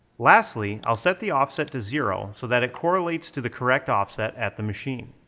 lastly, i'll set the offset to zero so that it correlates to the correct offset at the machine.